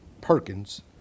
Perkins